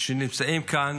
שנמצאים כאן,